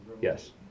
Yes